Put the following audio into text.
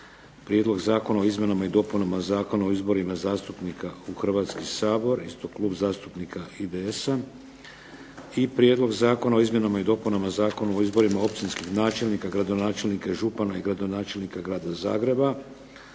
Prijedlog zakona o izmjenama i dopunama Zakona o izborima zastupnika u Hrvatski sabor, isto Klub zastupnika IDS-a i Prijedlog zakona o izmjenama i dopunama Zakona o izborima općinskih načelnika, gradonačelnika, župana i gradonačelnika Grada Zagreba,